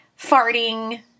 farting